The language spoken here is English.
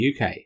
UK